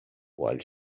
while